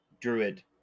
druid